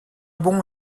bon